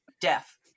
death